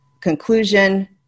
conclusion